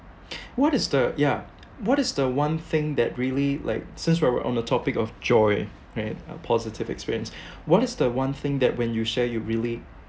what is the ya what is the one thing that really like since we're on the topic of joy right a positive experience what is the one thing that when you share you really